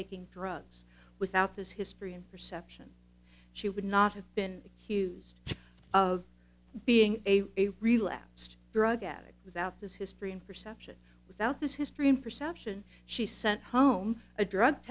taking drugs without this history and perception she would not have been accused of being a relapsed drug addict without this history in perception without this history in perception she sent home a drug